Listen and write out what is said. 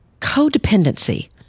codependency